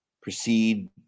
Proceed